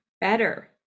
better